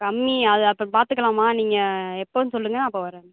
கம்மி அது அப்புறம் பார்த்துக்கலாம்மா நீங்கள் எப்போதுன்னு சொல்லுங்க நான் அப்போ வரேன்